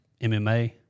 MMA